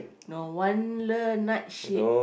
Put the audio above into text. no night ship